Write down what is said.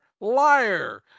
Liar